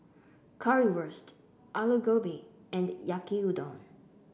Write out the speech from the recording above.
Currywurst Alu Gobi and Yaki Udon